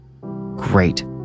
Great